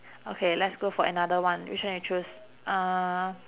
okay let's go for another one which one you choose uh